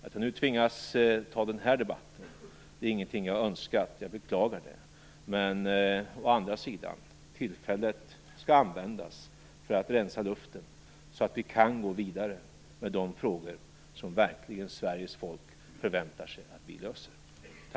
Att jag nu tvingas att ta den här debatten är ingenting jag önskat. Jag beklagar det. Men å andra sidan skall tillfället användas för att rensa luften så att vi kan gå vidare med de frågor som Sveriges folk verkligen förväntar sig att vi löser.